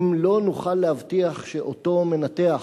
אם לא נוכל להבטיח שאותו מנתח